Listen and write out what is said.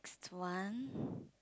next one